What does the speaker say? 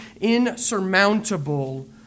insurmountable